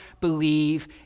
believe